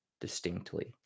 distinctly